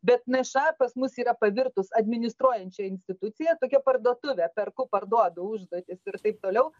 bet nša pas mus yra pavirtus administruojančia institucija tokia parduotuve perku parduodu užduotis ir taip toliau